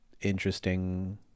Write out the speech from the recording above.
interesting